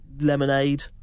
lemonade